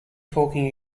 talking